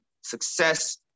success